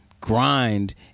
grind